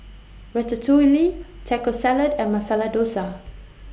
Ratatouille Taco Salad and Masala Dosa